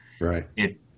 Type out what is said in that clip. Right